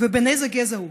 ובן איזה גזע הוא.